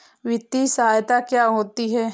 वित्तीय सहायता क्या होती है?